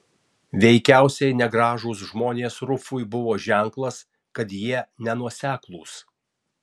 veikiausiai negražūs žmonės rufui buvo ženklas kad jie nenuoseklūs